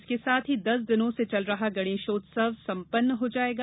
इसके साथ ही दस दिनों से चल रहा गणेश उत्सव सम्पन्न हो जायेगा